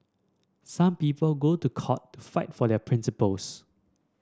some people go to court to fight for their principles